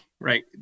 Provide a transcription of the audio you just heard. right